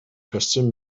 costumes